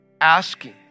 asking